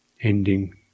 ending